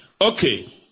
Okay